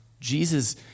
Jesus